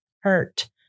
hurt